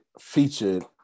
featured